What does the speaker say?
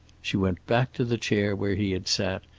she went back to the chair where he had sat,